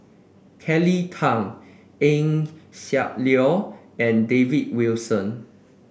Kelly Tang Eng Siak Loy and David Wilson